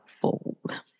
fold